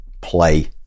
play